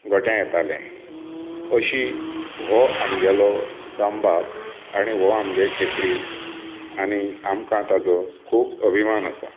गोठ्यांत येताले अशी हो आमगेलो दामबाब आनी हो आमगेलो खेत्री आनी आमकां ताजो खूब अभिमान आसा